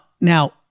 now